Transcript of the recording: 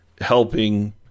helping